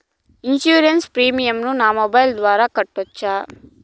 Insurance premium ను నా mobile ద్వారా కట్టొచ్చా?